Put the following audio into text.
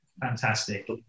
Fantastic